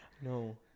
No